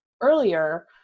earlier